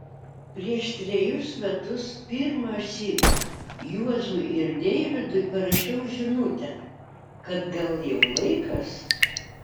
prieš trejus metus pirmąsyk juozui ir deivydui parašiau žinutę kad gal jau laikas